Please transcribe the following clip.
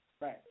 Right